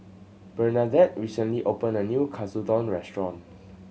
Bernadette recently opened a new Katsudon Restaurant